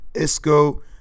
Isco